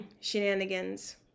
shenanigans